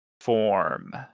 form